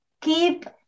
keep